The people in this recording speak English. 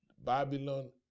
Babylon